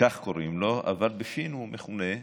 כך קוראים לו, אבל בפינו הוא מכונה קינלי.